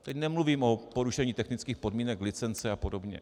Teď nemluvím o porušení technických podmínek licence apod.